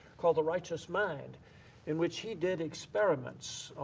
called a righteous mind in which he did experiments